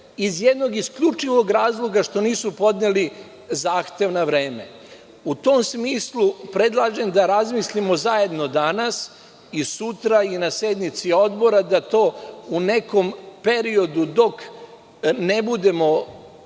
iz jednog isključivog razloga što nisu podneli zahtev na vreme. U tom smislu predlažem da razmislimo zajedno danas i sutra i na sednici Odbora, da to u nekom periodu dok ne budemo